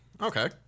Okay